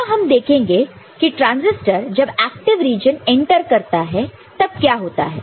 अगला हम देखेंगे कि ट्रांसिस्टर जब एक्टि रीजन एंटर करता है तब क्या होता है